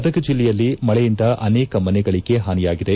ಗದಗ ಜಿಲ್ಲೆಯಲ್ಲಿ ಮಳೆಯಿಂದ ಅನೇಕ ಮನೆಗಳಿಗೆ ಹಾನಿಯಾಗಿದೆ